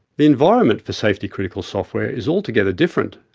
the environment for safety critical software is altogether different.